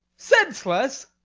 senseless?